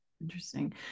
Interesting